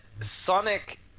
Sonic